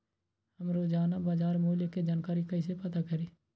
हम रोजाना बाजार मूल्य के जानकारी कईसे पता करी?